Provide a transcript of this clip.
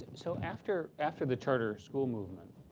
so after after the charter school movement,